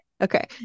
Okay